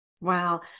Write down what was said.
Wow